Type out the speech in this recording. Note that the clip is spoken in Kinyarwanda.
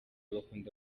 bakunda